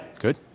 Good